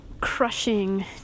crushing